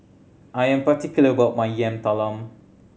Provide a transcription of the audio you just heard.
I am particular about my Yam Talam